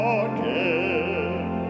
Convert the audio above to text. again